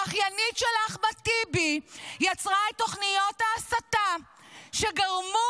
האחיינית של אחמד טיבי יצרה את תוכניות ההסתה שגרמו